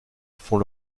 font